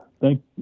thank